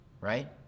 right